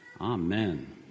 amen